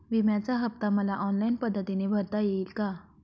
विम्याचा हफ्ता मला ऑनलाईन पद्धतीने भरता येईल का?